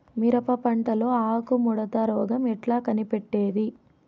మిరప పంటలో ఆకు ముడత రోగం ఎట్లా కనిపెట్టేది?